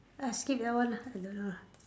ah skip that one lah I don't know lah